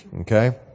Okay